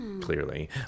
clearly